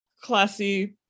classy –